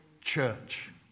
church